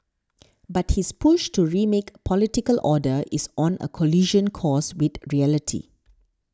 but his push to remake political order is on a collision course with reality